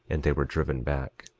and they were driven back,